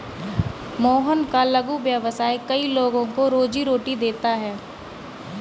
मोहन का लघु व्यवसाय कई लोगों को रोजीरोटी देता है